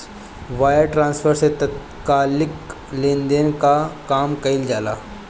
wire transfer से तात्कालिक लेनदेन कअ काम कईल जाला